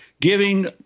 giving